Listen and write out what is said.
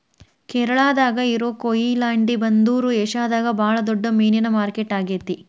ಕೇರಳಾದಾಗ ಇರೋ ಕೊಯಿಲಾಂಡಿ ಬಂದರು ಏಷ್ಯಾದಾಗ ಬಾಳ ದೊಡ್ಡ ಮೇನಿನ ಮಾರ್ಕೆಟ್ ಆಗೇತಿ